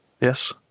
yes